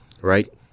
right